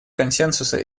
консенсуса